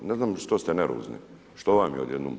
Ne znam što ste nervozni, što vam je odjednom?